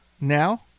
now